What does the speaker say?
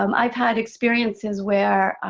um i've had experiences where